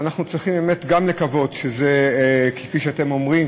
אנחנו צריכים באמת לקוות שזה, כפי שאומרים,